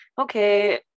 okay